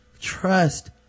trust